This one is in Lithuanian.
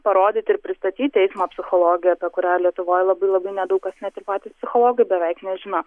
parodyti ir pristatyti eismo psichologiją apie kurią lietuvoj labai labai nedaug kas net ir patys psichologai beveik nežino